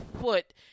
foot